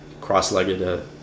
cross-legged